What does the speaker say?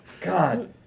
God